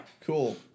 Cool